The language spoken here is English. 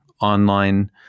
online